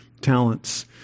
talents